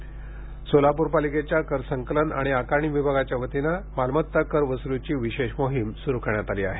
कर संकलन सोलापूर पालिकेच्या कर संकलन आणि आकारणी विभागाच्या वतीनं मालमत्ता कर वसुलीची विशेष मोहीम सुरू करण्यात आली आहे